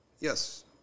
Yes